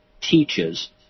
teaches